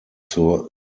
zur